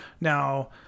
Now